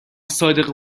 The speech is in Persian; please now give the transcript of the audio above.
صادق